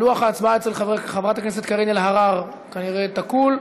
לוח ההצבעה אצל חברת הכנסת קארין אלהרר כנראה תקול.